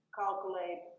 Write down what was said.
calculate